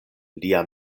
lia